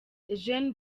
eugene